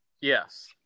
Yes